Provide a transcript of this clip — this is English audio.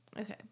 Okay